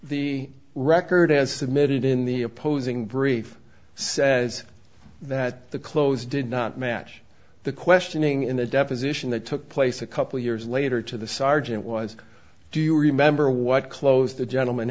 the record as submitted in the opposing brief says that the clothes did not match the questioning in the deposition that took place a couple years later to the sergeant was do you remember what clothes the gentleman